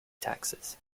taxes